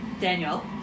Daniel